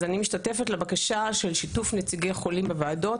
אז אני משתתפת לבקשה של שיתוף נציגי חולים בוועדות.